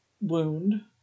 wound